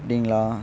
அப்படிங்களா